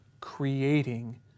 creating